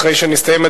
אחרי שהדיון מסתיים.